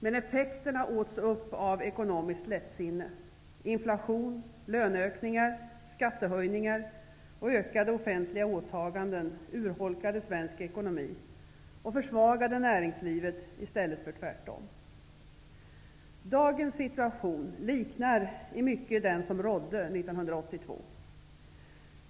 Men effekterna åts upp av ekonomiskt lättsinne. Inflation, löneökningar, skattehöjningar och ökade offentliga åtaganden urholkade svensk ekonomi och försvagade näringslivet i stället för tvärtom. Dagens situation liknar i mångt och mycket den som rådde 1982.